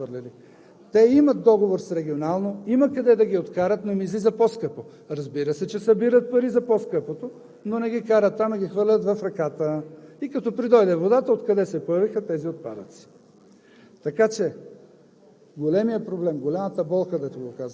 излиза скъпо, се получава като в Невестино – точно в реката ги бяха изхвърлили. Те имат договор с регионалното, имат къде да ги откарат, но им излиза по-скъпо. Разбира се, че събират пари за по-скъпото, но не ги карат там, а ги хвърлят в реката и като придойде водата – откъде се появиха тези отпадъци.